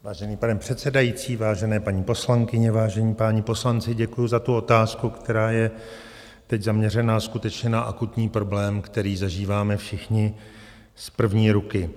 Vážený pane předsedající, vážené paní poslankyně, vážení páni poslanci, děkuji za otázku, která je teď zaměřená skutečně na akutní problém, který zažíváme všichni z první ruky.